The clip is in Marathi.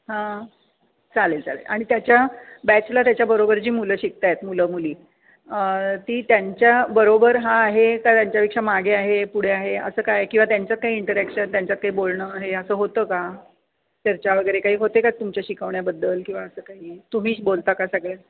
हां चालेल चालेल आणि त्याच्या बॅचला त्याच्याबरोबर जी मुलं शिकत आहेत मुलं मुली ती त्यांच्याबरोबर हा आहे का त्यांच्यापेक्षा मागे आहे पुढे आहे असं काय किंवा त्यांच्यात काही इंटरॅक्शन त्यांच्यात काही बोलणं हे असं होतं का चर्चा वगैरे काही होते का तुमच्या शिकवण्याबद्दल किंवा असं काही तुम्हीच बोलता का सगळ्यात